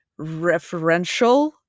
referential